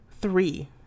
Three